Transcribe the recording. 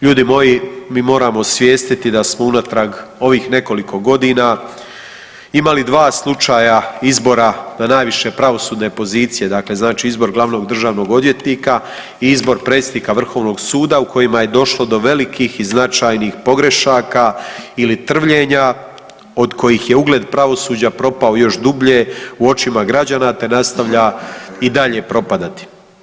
Ljudi moji, mi moramo osvijestiti da smo unatrag ovih nekoliko godina imali dva slučaja izbora na najviše pravosudne pozicije, dakle znači izbor glavnog državnog odvjetnika i izbor predsjednika vrhovnog suda u kojima je došlo do velikih i značajnih pogrešaka ili trvljenja od kojih je ugled pravosuđa propao još dublje u očima građana, te nastavlja i dalje propadati.